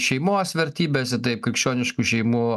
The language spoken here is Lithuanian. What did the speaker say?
šeimos vertybės ir taip krikščioniškų šeimų